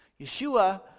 Yeshua